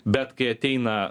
bet kai ateina